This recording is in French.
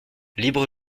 libre